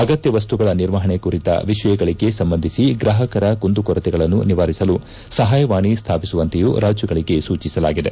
ಅಗತ್ತ ವಸ್ತುಗಳ ನಿರ್ವಹಣೆ ಕುರಿತ ವಿಷಯಗಳಿಗೆ ಸಂಬಂಧಿಸಿ ಗ್ರಾಪಕರ ಕುಂದುಕೊರತೆಗಳನ್ನು ನಿವಾರಿಸಲು ಸಹಾಯವಾಣಿ ಸ್ಲಾಪಿಸುವಂತೆಯೂ ರಾಜ್ಲಗಳಿಗೆ ಸೂಚಿಸಲಾಗಿದೆ